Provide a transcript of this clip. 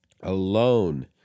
alone